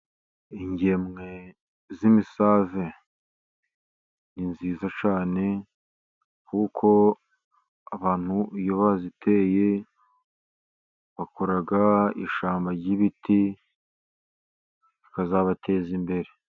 Ingemwe z'imisave ni nziza cyane, kuko abantu iyo baziteye bakora ishyamba ry'ibiti, bikazabateza imbere.